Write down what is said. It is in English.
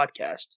podcast